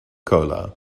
cola